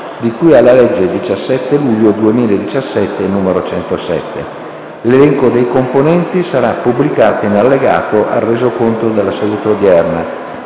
di cui alla legge 17 luglio 2017, n. 107. L'elenco dei componenti sarà pubblicato in Allegato al Resoconto della seduta odierna.